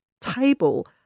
table